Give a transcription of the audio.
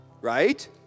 Right